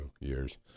years